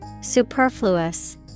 Superfluous